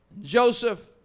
Joseph